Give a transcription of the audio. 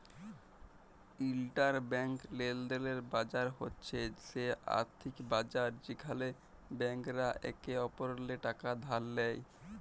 interbank লেলদেলের বাজার হছে সে আথ্থিক বাজার যেখালে ব্যাংকরা একে অপরেল্লে টাকা ধার লেয়